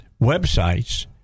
websites